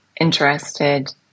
interested